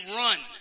run